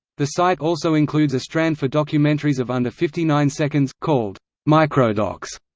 the site also includes a strand for documentaries of under fifty nine seconds, called microdocs.